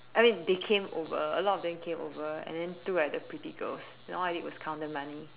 I mean they came over a lot of them came over and then to look at the pretty girls and all I did was count the money